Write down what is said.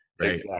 right